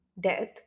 death